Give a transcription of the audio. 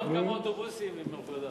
עוד כמה אוטובוסים עם הפרדה.